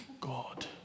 God